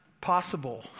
possible